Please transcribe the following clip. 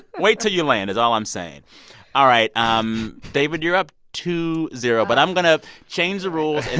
wait till you land is all i'm saying all right, um david, you're up two zero. but i'm going to change the rules and